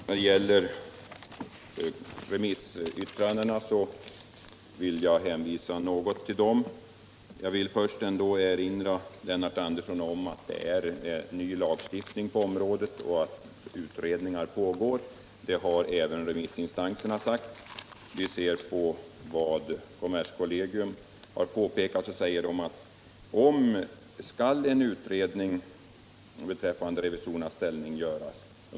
Herr talman! När det gäller remissyttrandena vill jag hänvisa till dem. Först vill jag ändå erinra Lennart Andersson om att vi har en ny lagstiftning på området och att utredningar pågår — det har även remissinstanserna påpekat. Kommerskollegium säger att skall en utredning beträffande revisorernas ställning göras, etc.